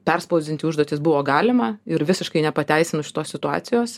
perspausdinti užduotis buvo galima ir visiškai nepateisinu šitos situacijos